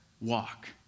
walk